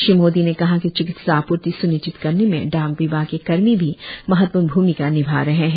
श्री मोदी ने कहा कि चिकित्सा आपूर्ति स्निश्चित करने में डाक विभाग के कर्मी भी महत्वपूर्ण भ्रमिका निभा रहे हैं